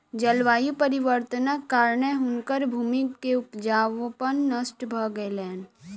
जलवायु परिवर्तनक कारणेँ हुनकर भूमि के उपजाऊपन नष्ट भ गेलैन